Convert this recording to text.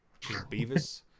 Beavis